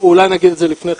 אולי אני אגיד את זה לפני כן,